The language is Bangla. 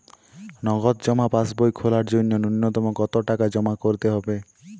নগদ জমা পাসবই খোলার জন্য নূন্যতম কতো টাকা জমা করতে হবে?